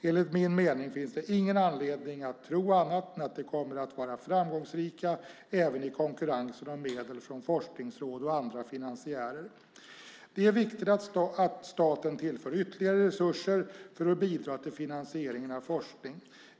Enligt min mening finns det ingen anledning att tro annat än att de kommer att vara framgångsrika även i konkurrensen om medel från forskningsråd och andra finansiärer. Det är viktigt att staten tillför ytterligare resurser för att bidra till finansieringen av forskning.